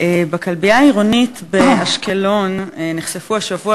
בכלבייה העירונית באשקלון נחשפו השבוע,